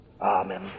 Amen